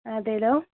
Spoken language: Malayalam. അതേയല്ലോ